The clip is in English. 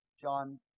John